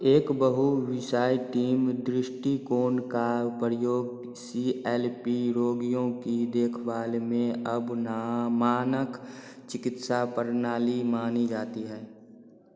एक बहु विषय टीम दृष्टिकोण का प्रयोग सी एल पी रोगियों की देखभाल में अब ना मानक चिकित्सा प्रणाली मानी जाती है